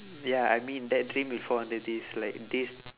ya I mean that dream will fall under this like this